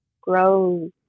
Grows